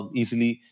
easily